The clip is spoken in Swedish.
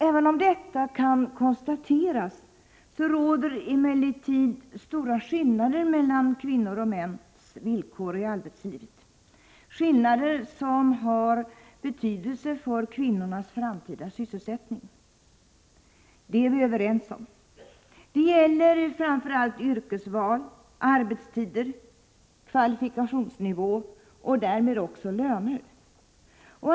Även om detta kan konstateras, så råder stora skillnader mellan kvinnors och mäns villkor i arbetslivet — skillnader som har betydelse för kvinnornas framtida sysselsättning. Detta är vi överens om. Det gäller framför allt yrkesval, arbetstider, kvalifikationsnivå och därmed också löner.